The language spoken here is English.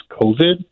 COVID